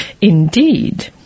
indeed